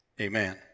Amen